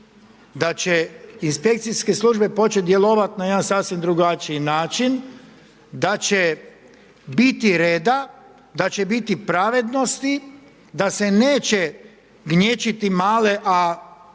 da će inspekcijske službe početi djelovati na jedan sasvim drugačiji način, da će biti reda, da će biti pravednosti, da se neće gnječiti male,